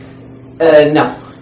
No